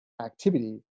activity